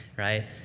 Right